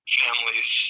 families